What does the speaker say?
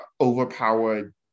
overpowered